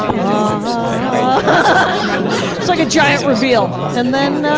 um ah, um it's like a giant reveal. and then, ah,